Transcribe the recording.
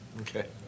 Okay